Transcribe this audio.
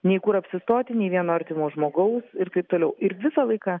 nei kur apsistoti nei vieno artimo žmogaus ir taip toliau ir visą laiką